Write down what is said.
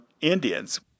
Indians